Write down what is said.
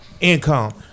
income